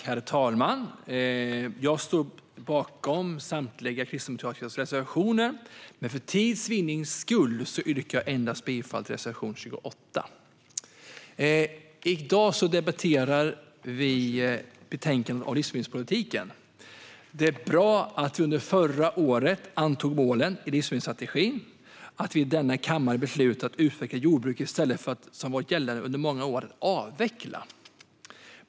Herr talman! Jag står bakom samtliga kristdemokratiska reservationer, men för tids vinnande yrkar jag bifall endast till reservation 7. Vi debatterar i dag betänkandet om livsmedelspolitik. Det var bra att vi under förra året antog målen i livsmedelsstrategin och att vi i denna kammare beslutade att utveckla jordbruket i stället för att avveckla det, vilket har varit det gällande målet under många år.